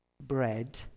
bread